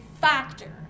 factor